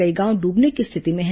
कई गांव डूबने की स्थिति में है